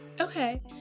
Okay